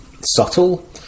subtle